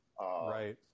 Right